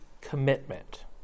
commitment